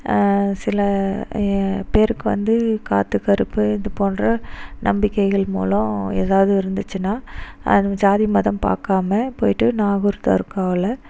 சில பேருக்கு வந்து காற்று கருப்பு இது போன்ற நம்பிக்கைகள் மூலம் ஏதாவது இருந்துச்சுனால் அது ஜாதி மதம் பார்க்காம போய்விட்டு நாகூர் தர்ஹாவில்